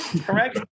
Correct